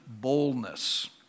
boldness